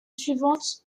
suivante